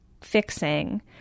fixing